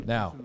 Now